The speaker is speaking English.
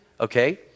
okay